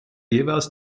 jeweils